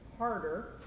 harder